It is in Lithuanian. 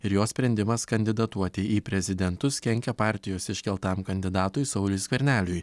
ir jo sprendimas kandidatuoti į prezidentus kenkia partijos iškeltam kandidatui sauliui skverneliui